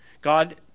God